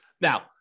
Now